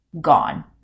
gone